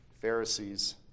Pharisees